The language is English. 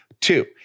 Two